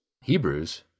Hebrews